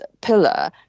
pillar